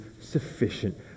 sufficient